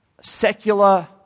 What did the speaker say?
secular